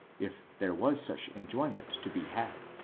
if there was such enjoyment to be had.